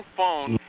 phone